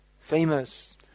famous